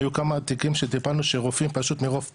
היו כמה תיקים שטיפלנו שרופאים פשוט מרוב פחד,